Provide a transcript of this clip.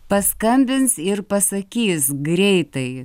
paskambins ir pasakys greitai